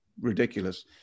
ridiculous